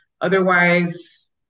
otherwise